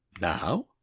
Now